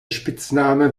spitzname